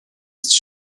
ist